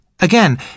Again